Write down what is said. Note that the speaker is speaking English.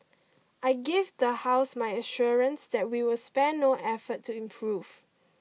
I give the house my assurance that we will spare no effort to improve